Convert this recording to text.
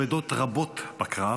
אבדות רבות בקרב,